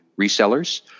resellers